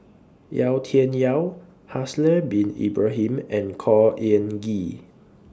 Yau Tian Yau Haslir Bin Ibrahim and Khor Ean Ghee